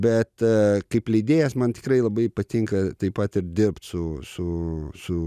bet kaip leidėjas man tikrai labai patinka taip pat ir dirbt su su su